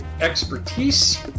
expertise